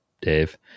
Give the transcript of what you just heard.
dave